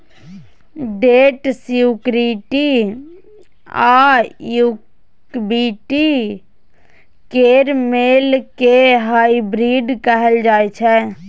date security आ equity केर मेल केँ हाइब्रिड कहल जाइ छै